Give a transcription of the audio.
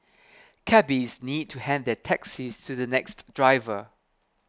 cabbies need to hand their taxis to the next driver